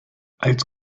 als